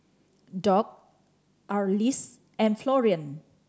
Dock Arlis and Florian